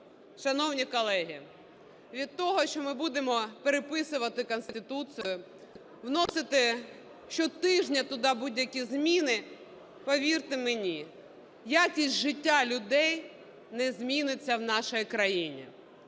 Шановні колеги, від того, що ми будемо переписувати Конституцію, вносити щотижня туди будь-які зміни, повірте мені, якість життя людей не зміниться в нашій країні.